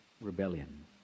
rebellion